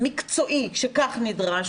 מקצועי שכך נדרש,